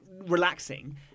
relaxing